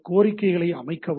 கோரிக்கைகளை அமைக்கவும்